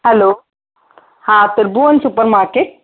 हलो हा Prabhuvansh super market